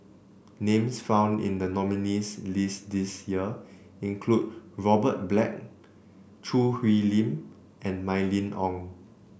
names found in the nominees' list this year include Robert Black Choo Hwee Lim and Mylene Ong